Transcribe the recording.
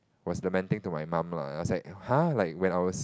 was lamenting to my mum lah I was like !huh! like when I was